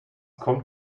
kommt